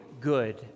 good